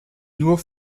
nur